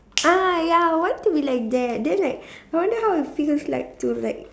ah ya I want to be like that then like I wonder how if feels like to like